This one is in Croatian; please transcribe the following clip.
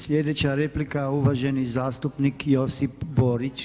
Sljedeća replika uvaženi zastupnik Josip Borić.